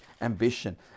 ambition